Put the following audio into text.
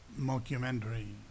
mockumentary